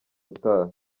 utaha